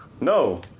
No